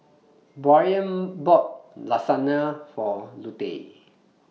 Bryan bought Lasagna For Lute